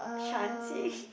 shan't say